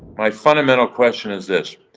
my fundamental question is this,